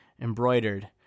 embroidered